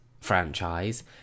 franchise